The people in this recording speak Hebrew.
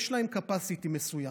יש להם capacity מסוים.